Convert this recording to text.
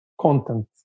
content